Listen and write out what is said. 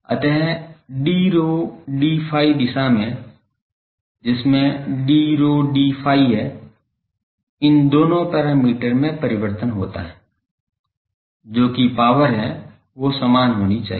अतः d rho d phi दिशा में जिसमें d rho d phi है इन दोनों पैरामीटर में परिवर्तन होता है है जो भी पावर है वो समान होनी चाहिए